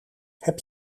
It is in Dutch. heb